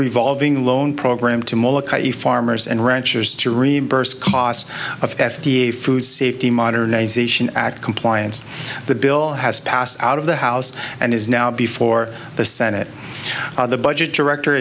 revolving loan program to molokai e farmers and ranchers to reimburse costs of f d a food safety modernization act compliance the bill has passed out of the house and is now before the senate the budget director